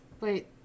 wait